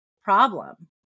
problem